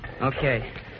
Okay